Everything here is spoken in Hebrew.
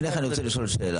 לפני כן אני רוצה לשאול שאלה.